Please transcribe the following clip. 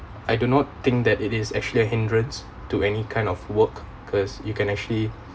I do not think that it is actually a hindrance to any kind of work 'cause you can actually